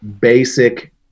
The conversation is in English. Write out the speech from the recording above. basic